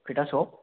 खैथासोयाव